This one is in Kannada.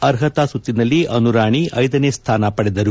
ಅರ್ಹತಾ ಸುತ್ತಿನಲ್ಲಿ ಅನುರಾಣಿ ಐದನೇ ಸ್ಥಾನ ಪಡೆದರು